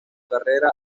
carrera